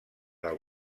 del